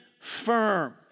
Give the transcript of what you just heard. firm